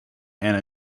and